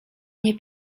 nie